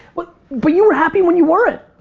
but but you were happy when you weren't!